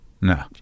No